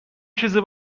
چیزی